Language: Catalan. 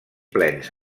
plens